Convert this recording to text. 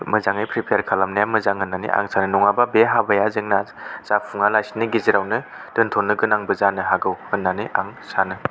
मोजाङै प्रिपेयार खालामनाया मोजां होननानै आं सानो नङाबा बे हाबाया जोंना जाफुङालासे गेजेरावनो दोनथ'नो गोनांबो जानो हागौ होननानै आं सानो